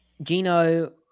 Gino